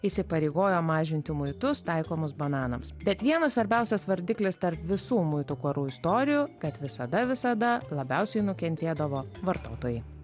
įsipareigojo mažinti muitus taikomus bananams bet vienas svarbiausias vardiklis tarp visų muitų karų istorijų kad visada visada labiausiai nukentėdavo vartotojai